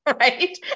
Right